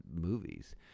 movies